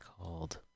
called